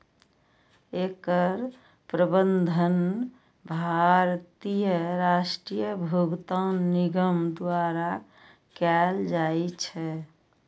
एकर प्रबंधन भारतीय राष्ट्रीय भुगतान निगम द्वारा कैल जाइ छै